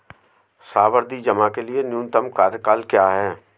सावधि जमा के लिए न्यूनतम कार्यकाल क्या है?